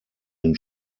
den